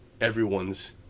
everyone's